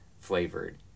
flavored